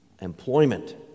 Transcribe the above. employment